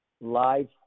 live